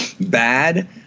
bad